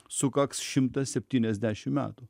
sukaks šimtas septyniasdešim metų